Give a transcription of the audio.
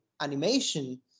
animation